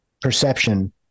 perception